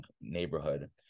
neighborhood